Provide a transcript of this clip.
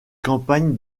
campagne